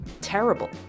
terrible